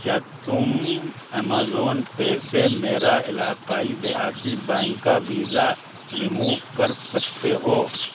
کیا تم Amazon pay سے میرا علاقائی دہاتی بینک کا ویزا رموو کر سکتے ہو